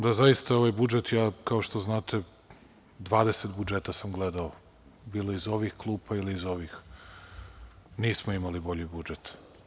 Da, zaista ovaj budžet, kao što znate, dvadeset budžeta sam gledao, bilo iz ovih klupa ili iz onih, nismo imali bolji budžet.